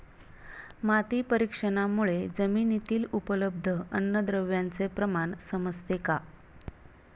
माती परीक्षणामुळे जमिनीतील उपलब्ध अन्नद्रव्यांचे प्रमाण समजते का?